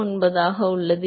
99 ஆக உள்ளது